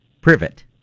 Privet